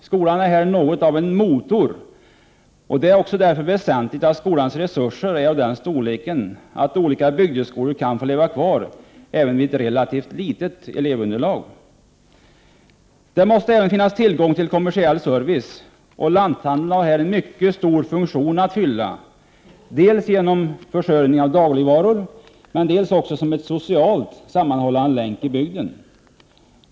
Skolan är här något av en motor. Det är därför väsentligt att skolans resurser är av den storleken att olika bygdeskolor får leva kvar, även vid ett relativt litet elevunderlag. Det måste även finnas tillgång till kommersiell service. Lanthandeln har här en mycket stor funktion att fylla, dels genom försörjningen av dagligvaror, dels som en socialt sammanhållande länk i bygden.